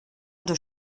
deux